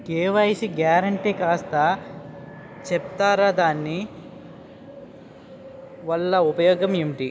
KYC guarantee కాస్త చెప్తారాదాని వల్ల ఉపయోగం ఎంటి?